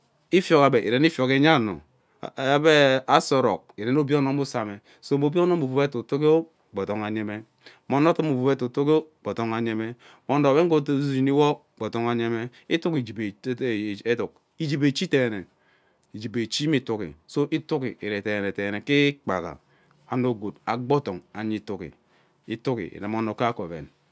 Ofiok ebe irene efiok enya ano ebe asa orok ireme obie ono me usame so mme obie ono mme uvuu we tituiyo gboodon ayeme nme ono odun mme uvuu etitiyo gbo odong eyeme ono we ngee ushini woo gbo odong ayeme itigi igbeebeee eduk ejebe edi deene ejebe echi mme itigi so itugi ire dene dene ke ikpaha ano gwood agbo odong enye itigi, itigi irem ono kaeke oven.